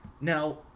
now